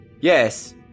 Yes